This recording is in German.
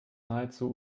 nahezu